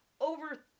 over